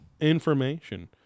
information